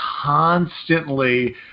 constantly